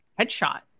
headshot